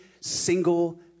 single